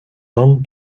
done